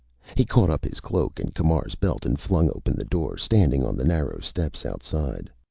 he caught up his cloak and camar's belt and flung open the door, standing on the narrow steps outside.